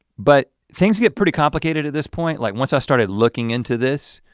but things get pretty complicated at this point. like once i started looking into this,